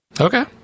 Okay